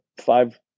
five